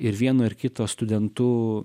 ir vieno ir kito studentu